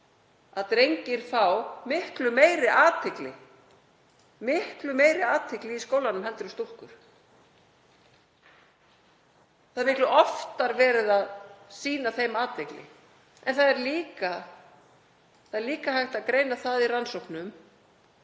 að drengir fá miklu meiri athygli í skólanum en stúlkur. Það er miklu oftar verið að sýna þeim athygli. En það er líka hægt að greina það í rannsóknum